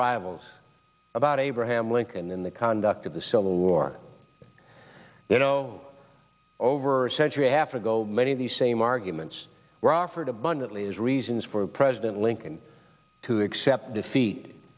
rivals about abraham lincoln in the conduct of the civil war you know over a century half ago many of these same arguments were offered abundantly is reasons for president lincoln to accept defeat